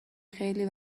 خیلی